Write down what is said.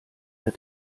der